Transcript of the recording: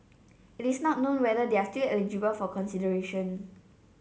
it's not known whether they are still eligible for consideration